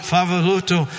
Favoluto